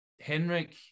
Henrik